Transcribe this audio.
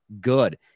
good